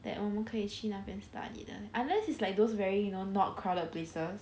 that 我们可以去那边 study 的 unless is like those very you know not crowded places